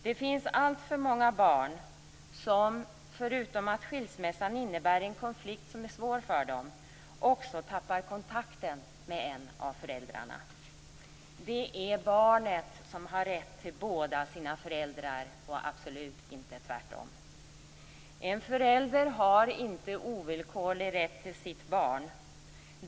Det finns alltför många barn som, förutom att skilsmässan innebär en konflikt som är svår för dem, också tappar kontakten med en av föräldrarna. Det är barnet som har rätt till båda sina föräldrar och absolut inte tvärtom. En förälder har inte ovillkorlig rätt till sitt barn.